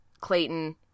Clayton